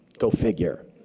go figure.